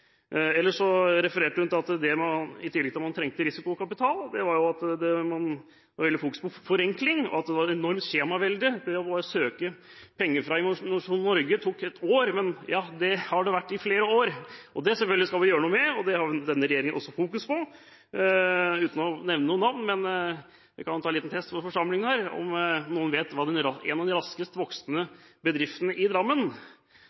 Ellers refererte hun til – i tillegg til det at man trengte risikokapital – at det når det gjaldt fokusering på forenkling, var et enormt skjemavelde; bare det å søke om penger fra Innovasjon Norge tok et år. Men slik har det vært i flere år, og det skal vi selvfølgelig gjøre noe med – det fokuserer denne regjeringen på. Uten å nevne noe navn kan jeg ta en liten test i forsamlingen her – om noen vet hva en av de raskest voksende bedriftene i Drammen